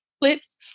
clips